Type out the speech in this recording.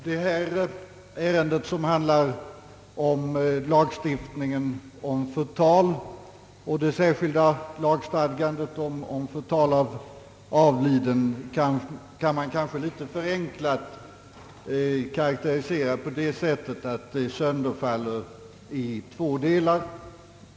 Herr talman! Man kan kanske något förenklat karakterisera detta ärende, som gäller lagstiftningen om förtal och det särskilda lagstadgandet om förtal av avliden, så att det sönderfaller i två delar.